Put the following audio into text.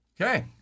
Okay